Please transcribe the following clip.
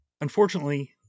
unfortunately